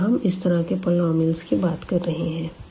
यहां हम इस तरह के पॉलिनॉमियल्स की बात कर रहे हैं